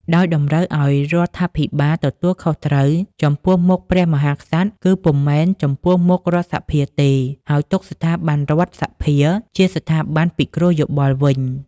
ដោយតម្រូវឱ្យរដ្ឋាភិបាលទទួលខុសត្រូវចំពោះមុខព្រះមហាក្សត្រ គឺពុំមែនចំពោះមុខរដ្ឋសភាទេ ហើយទុកស្ថាប័នរដ្ឋសភាជាស្ថាប័នពិគ្រោះយោបល់វិញ។